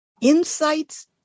Insights